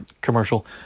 commercial